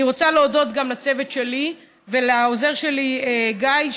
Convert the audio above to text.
אני רוצה להודות גם לצוות שלי ולעוזר שלי גיא,